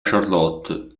charlotte